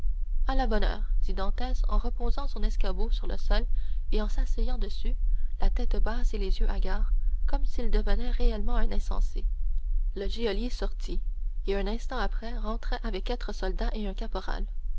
à la bonne heure dit dantès en reposant son escabeau sur le sol et en s'asseyant dessus la tête basse et les yeux hagards comme s'il devenait réellement insensé le geôlier sortit et un instant après rentra avec quatre soldats et un caporal